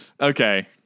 Okay